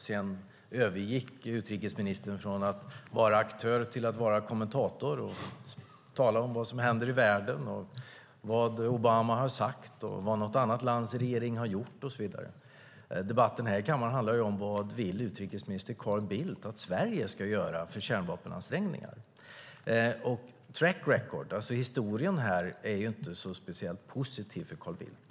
Sedan övergick utrikesministern från att vara aktör till att vara kommentator och tala om vad som händer i världen, vad Obama har sagt, vad något annat lands regering har gjort och så vidare. Debatten här i kammaren handlar ju om vad utrikesminister Carl Bildt vill att Sverige ska göra för kärnvapenansträngningar. Track record, alltså historien, här är ju inte speciellt positiv för Carl Bildt.